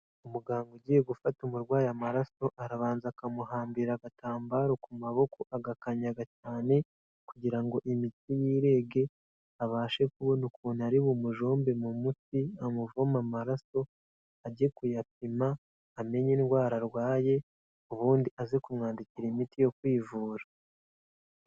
Umuganga ugiye gufata umurwayi amaraso arabanza akamuhambira agatambaro ku maboko agakanyaga cyane kugira ngo imitsi yirengege, abashe kubona ukuntu ari bumujombe mu mutsi amuvume amaraso, ajye kuyapima amenye indwara arwaye ubundi aze kumwandikira imiti yo kwivura.